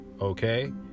okay